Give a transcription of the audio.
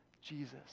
Jesus